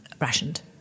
rationed